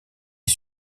est